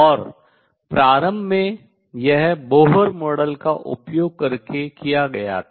और प्रारम्भ में यह बोहर मॉडल का उपयोग करके किया गया था